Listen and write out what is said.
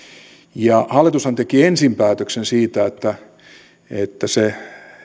ja hallitushan teki ensin päätöksen siitä että se